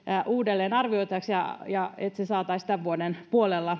uudelleen arvioitavaksi jotta myöskin se arviotyö saataisiin tämän vuoden puolella